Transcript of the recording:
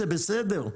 זה בסדר,